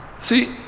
See